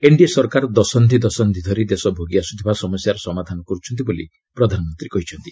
NDA ସରକାର ଦଶନ୍ଧି ଦଶନ୍ଧି ଧରି ଦେଶ ଭୋଗିଆସୁଥିବା ସମସ୍ୟାର ସମାଧାନ କରୁଛନ୍ତି ବୋଲି ପ୍ରଧାନମନ୍ତ୍ରୀ କହିଛନ୍ତି